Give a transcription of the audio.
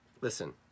Listen